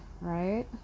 right